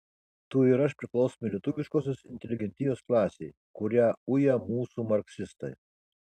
tu ir aš priklausome lietuviškosios inteligentijos klasei kurią uja mūsų marksistai